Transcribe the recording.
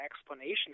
explanation